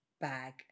bag